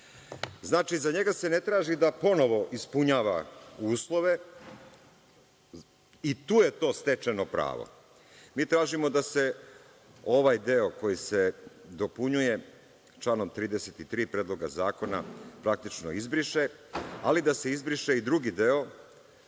Znači za njega se ne traži da ponovo ispunjava uslove i tu je to stečeno pravo. Mi tražimo da se ovaj deo koji se dopunjuje članom 33. Predloga zakona praktično izbriše, ali da se izbriše i drugi deo